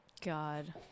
God